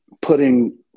putting